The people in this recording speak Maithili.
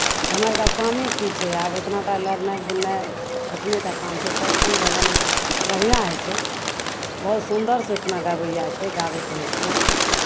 हमरा आरके कामे की छै आब एतना टा लड़नाइ बुलनाइ एतने टा काम छै सत्सङ्ग भजन बढ़िआँ होइ छै बहुत सुन्दरसँ ओहिठिना गबैआ छै गाबैत रहै छियै